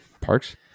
Parks